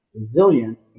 Resilient